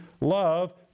love